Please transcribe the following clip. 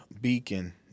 beacon